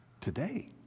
today